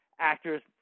actors